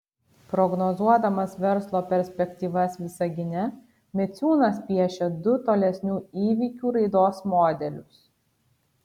prognozuodamas verslo perspektyvas visagine miciūnas piešia du tolesnių įvykių raidos modelius